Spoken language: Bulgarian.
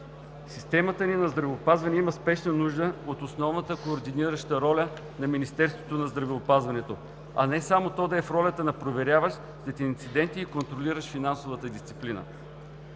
Системата ни на здравеопазване има спешна нужда от основната координираща роля на Министерството на здравеопазването, а не само то да е в ролята на проверяващ след инциденти и контролиращ финансовата дисциплина.